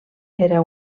era